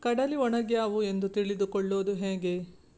ಕಡಲಿ ಒಣಗ್ಯಾವು ಎಂದು ತಿಳಿದು ಕೊಳ್ಳೋದು ಹೇಗೆ?